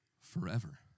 forever